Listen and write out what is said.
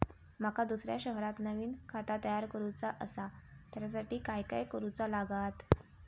माका दुसऱ्या शहरात नवीन खाता तयार करूचा असा त्याच्यासाठी काय काय करू चा लागात?